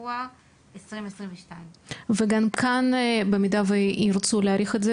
לפברואר 2022)". וגם כאן במידה וירצו להאריך את זה,